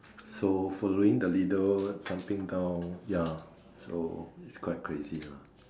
so following the leader jumping down ya so it's quite crazy ah